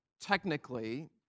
technically